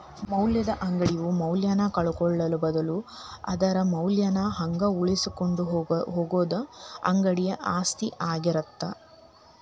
ಮೌಲ್ಯದ ಅಂಗಡಿಯು ಮೌಲ್ಯನ ಕಳ್ಕೊಳ್ಳೋ ಬದ್ಲು ಅದರ ಮೌಲ್ಯನ ಹಂಗ ಉಳಿಸಿಕೊಂಡ ಹೋಗುದ ಅಂಗಡಿ ಆಸ್ತಿ ಆಗಿರತ್ತ